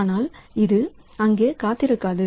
ஆனால் அது அங்கே காத்திருக்காது